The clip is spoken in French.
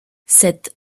cette